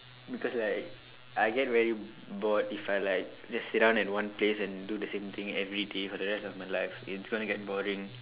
because like I get very bored if I like just sit down at one place and do the same thing everyday for the rest of my life it's going to get boring